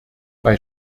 bei